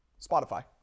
Spotify